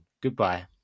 goodbye